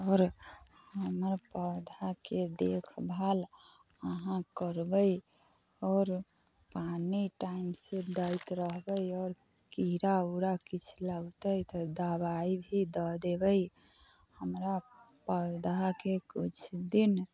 आओर हमर पौधा के देखभाल अहाँ करबै आओर पानि टाइम से दैत रहबै आओर कीड़ा ऊड़ा किछु लगतै तऽ दवाइ भी दए देबै हमरा पौधा के कुछ दिन